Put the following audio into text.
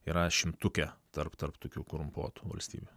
yra šimtuke tarp tarp tokių korumpuotų valstybių